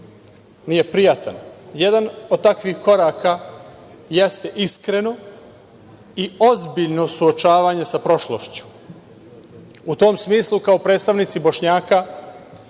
nije prijatan. Jedan od takvih koraka jeste iskreno i ozbiljno suočavanje sa prošlošću.U tom smislu, kao predstavnici Bošnjaka